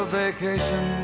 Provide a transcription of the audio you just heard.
vacation